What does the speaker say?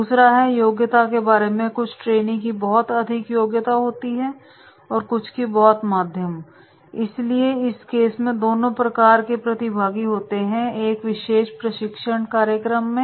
दूसरा है योग्यता के बारे मेंकुछ ट्रेनी की बहुत अधिक योग्यता होती है कुछ की बहुत माध्यम इसलिए इस केस में दोनों प्रकार के प्रतिभागी होते हैं एक विशेष प्रशिक्षण कार्यक्रम में